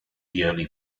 yearly